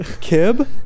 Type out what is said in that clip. Kib